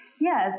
Yes